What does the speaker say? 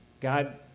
God